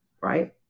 right